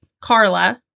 Carla